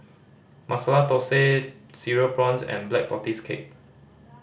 Masala Thosai Cereal Prawns and Black Tortoise Cake